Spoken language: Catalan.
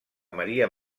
maria